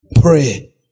Pray